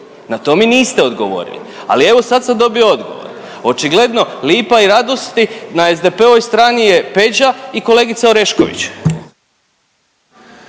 Na to mi niste odgovorili, ali evo sad sam dobio odgovor. Očigledno „lipa“ i „radosti“ na SDP-ovoj strani je Peđa i kolegica Orešković.